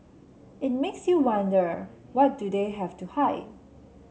it makes you wonder what do they have to hide